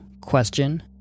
question